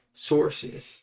sources